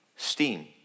steam